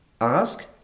ask